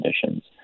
conditions